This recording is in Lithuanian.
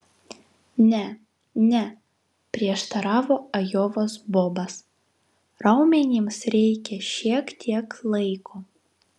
ne ne prieštaravo ajovos bobas raumenims reikia šiek tiek laiko